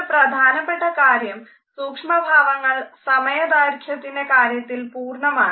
ഒരു പ്രധാനപ്പെട്ട കാര്യം സൂക്ഷ്മഭാവങ്ങൾ സമയ ദൈർഖ്യത്തിൻറെ കാര്യത്തിൽ പൂർണ്ണമാണ്